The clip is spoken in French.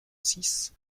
six